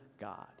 God